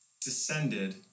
descended